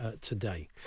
today